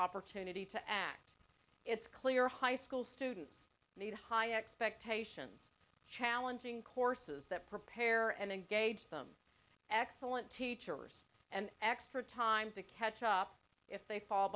opportunity to act it's clear high school students need high expectations challenging courses that prepare are and engage them excellent teachers and extra time to catch up if they fall